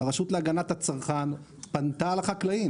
הרשות להגנת הצרכן פנתה לחקלאים,